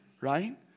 right